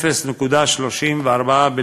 איך אפשר להיכנס